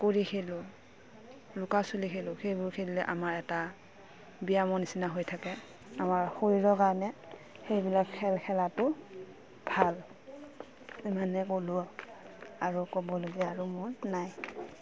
কুৰি খেলোঁ লুকা চুৰি খেলোঁ সেইবোৰ খেলিলে আমাৰ এটা ব্যায়ামৰ নিচিনা হৈ থাকে আমাৰ শৰীৰৰ কাৰণে সেইবিলাক খেল খেলাটো ভাল ইমানে ক'লোঁ আৰু ক'বলগীয়া আৰু মোৰ নাই